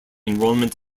enrollment